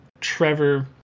Trevor